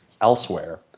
Elsewhere